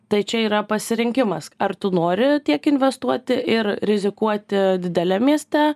tai čia yra pasirinkimas ar tu nori tiek investuoti ir rizikuoti dideliam mieste